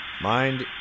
Mind